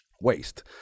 waste